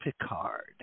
Picard